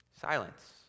Silence